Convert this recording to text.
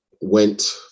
went